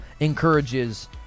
encourages